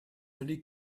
lee